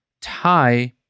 tie